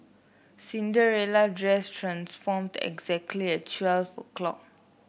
Cinderella dress transformed exactly at twelve o'clock